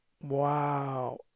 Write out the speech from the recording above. Wow